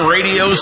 Radio